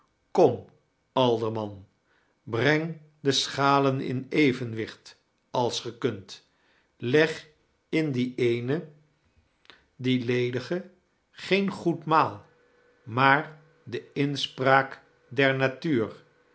kom alderman breng de sohalen in evenwicbt als ge kunt leg in die eene die ledige geen goed maal maar de inspraak der natuur